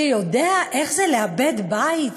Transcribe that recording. שיודע איך זה לאבד בית,